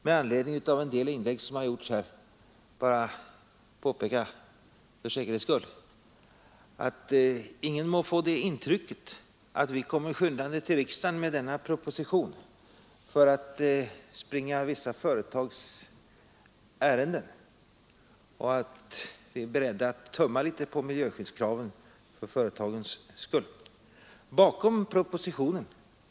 Med anledning av en del inlägg som gjorts vill jag till sist för säkerhets skull framhålla att ingen må få intrycket att vi kommer skyndande till riksdagen med denna proposition för att springa vissa företags ärenden, att vi är beredda att tumma litet på miljöskyddskraven för företagens skull.